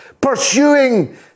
pursuing